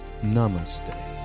Namaste